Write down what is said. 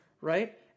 right